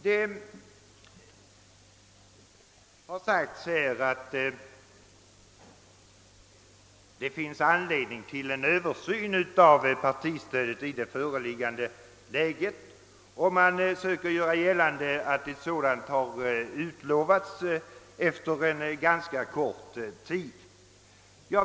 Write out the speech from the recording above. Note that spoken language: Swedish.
Det har sagts här att det finns anledning att företa en översyn av partistödet i nu föreliggande läge, och man söker göra gällande att en sådan har utlovats efter en ganska kort tid.